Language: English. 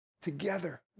Together